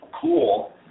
cool